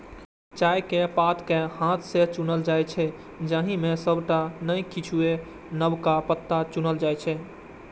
चायक पात कें हाथ सं चुनल जाइ छै, जाहि मे सबटा नै किछुए नवका पात चुनल जाइ छै